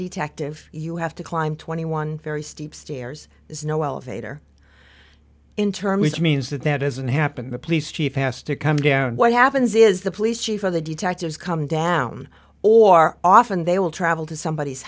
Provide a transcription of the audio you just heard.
detective you have to climb twenty one very steep stairs there's no elevator in term which means that that isn't happening the police chief has to come down what happens is the police chief of the detectives come down or often they will travel to somebody